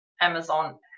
Amazon